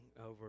over